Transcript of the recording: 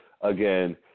again